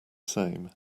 same